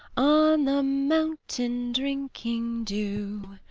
on the mountain drinking dew.